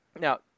Now